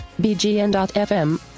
bgn.fm